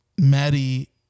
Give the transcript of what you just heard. Maddie